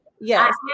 Yes